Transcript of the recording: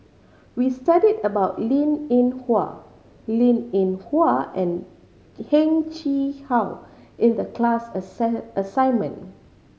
we studied about Linn In Hua Linn In Hua and Heng Chee How in the class assignment